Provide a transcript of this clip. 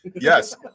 Yes